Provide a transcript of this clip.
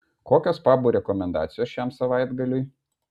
kokios pabų rekomendacijos šiam savaitgaliui